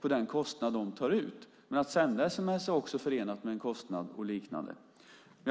på den kostnad de tar ut. Men att sända sms och liknande är också förenat med en kostnad. Herr talman!